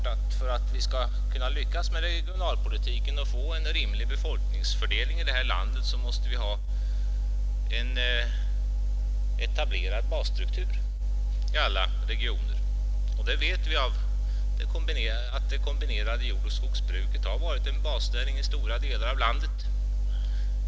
För att vi skall kunna lyckas med regionalpolitiken och få en rimlig befolkningsfördelning här i landet måste vi ha en etablerad basstruktur i alla regioner. Det kombinerade jordoch skogsbruket har varit en basnäring i stora delar av landet.